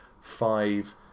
five